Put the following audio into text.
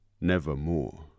nevermore